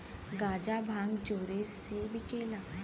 गांजा भांग चोरी से बिकेला